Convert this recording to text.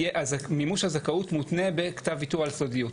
מימוש הזכאות מותנה בכתב ויתור על סודיות.